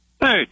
Hey